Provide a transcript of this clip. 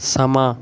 ਸਮਾਂ